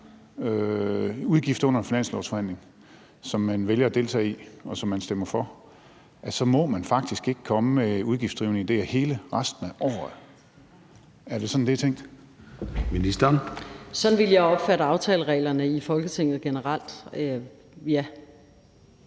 udgifter under finanslovsforhandlinger – som man vælger at deltage i, og som man stemmer for – så må man faktisk ikke komme med udgiftsdrivende idéer hele resten af året? Er det sådan, det er tænkt? Kl. 13:03 Formanden (Søren Gade): Ministeren. Kl.